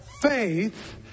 faith